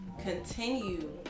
Continue